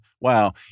wow